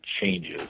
changes